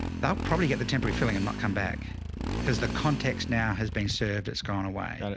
they'll probably get the temporary filling and not come back because the context now has been served. it's gone away.